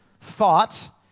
thought